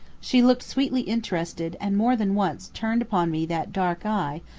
she looked sweetly interested and more than once turned upon me that dark eye,